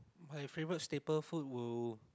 my favourite staple food will